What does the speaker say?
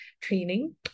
training